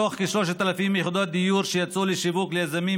מתוך כ-3,000 יחידות דיור שיצאו לשיווק ליזמים